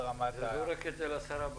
זה זורק את ההחלטה לשר הבא.